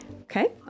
Okay